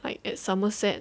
like at somerset